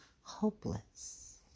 hopeless